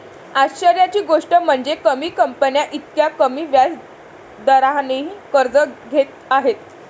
आश्चर्याची गोष्ट म्हणजे, कमी कंपन्या इतक्या कमी व्याज दरानेही कर्ज घेत आहेत